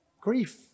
Grief